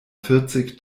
vierzig